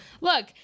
Look